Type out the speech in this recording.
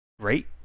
great